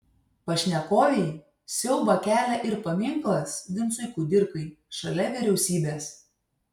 pašnekovei siaubą kelia ir paminklas vincui kudirkai šalia vyriausybės